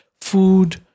food